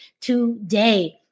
today